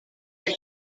that